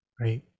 right